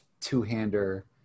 two-hander